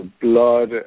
blood